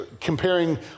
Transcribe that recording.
comparing